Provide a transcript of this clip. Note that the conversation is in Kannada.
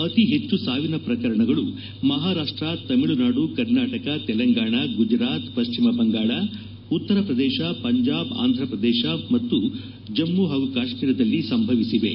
ಅತಿ ಹೆಚ್ಚು ಸಾವಿನ ಪ್ರಕರಣಗಳು ಮಹಾರಾಷ್ನ ತಮಿಳುನಾಡು ಕರ್ನಾಟಕ ತೆಲಂಗಾಣ ಗುಜರಾತ್ ಪಶ್ಚಿಮ ಬಂಗಾಳ ಉತ್ತರ ಪ್ರದೇಶ ಪಂಜಾಬ್ ಆಂಧ್ರಪ್ರದೇಶ ಹಾಗೂ ಜಮ್ನು ಮತ್ತು ಕಾಶ್ನೀರದಲ್ಲಿ ಸಂಭವಿಸಿವೆ